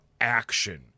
action